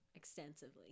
extensively